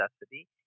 necessity